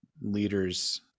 leaders